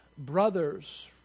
brothers